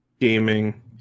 gaming